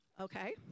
Okay